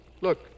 Look